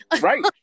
Right